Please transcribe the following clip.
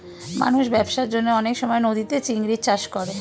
মানুষ ব্যবসার জন্যে অনেক সময় নদীতে চিংড়ির চাষ করে